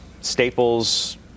Staples